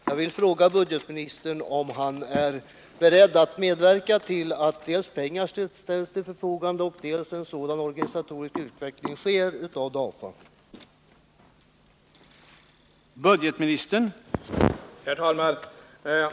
Jag vill fråga budgetministern om han är beredd att medverka till att dels pengar ställs till förfogande, dels en sådan organisatorisk utveckling av DAFA sker som facket har föreslagit.